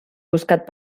buscat